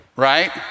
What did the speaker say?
Right